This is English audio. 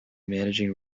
managing